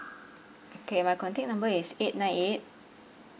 okay my contact number is eight nine eight